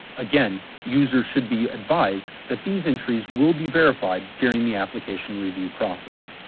again, users should be advised that these entries will be verified during the application review process.